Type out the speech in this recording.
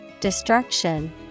destruction